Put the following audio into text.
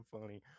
funny